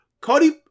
Cody